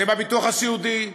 זה בביטוח הסיעודי,